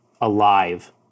alive